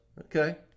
Okay